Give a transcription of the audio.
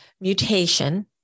mutation